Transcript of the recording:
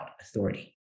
authority